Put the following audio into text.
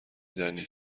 دانی